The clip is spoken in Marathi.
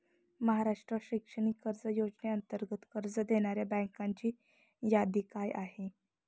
महाराष्ट्र शैक्षणिक कर्ज योजनेअंतर्गत कर्ज देणाऱ्या बँकांची यादी काय आहे?